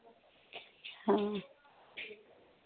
अं